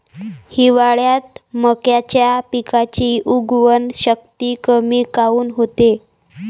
हिवाळ्यात मक्याच्या पिकाची उगवन शक्ती कमी काऊन होते?